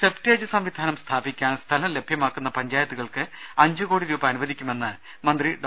septage സംവിധാനം സ്ഥാപിക്കാൻ സ്ഥലം ലഭ്യമാക്കുന്ന പഞ്ചായ ത്തുകൾക്ക് അഞ്ച് കോടി രൂപ അനുവദിക്കുമെന്ന് മന്ത്രി ഡോ